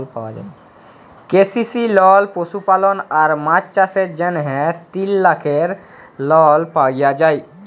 KCC লল পশুপালল আর মাছ চাষের জ্যনহে তিল লাখের লল পাউয়া যায়